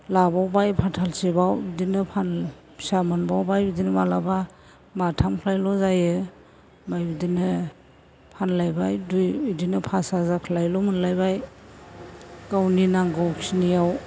लाबावबाय फाथालसेबाव बिदिनो फिसा मोनबावबाय बिदिनो मालाबा माथामफाल' जायो ओमफ्राय बिदिनो फानलायबाय दुइ बिदिनो पास हाजारखालायल' मोनलायबाय गावनि नांगौखिनियाव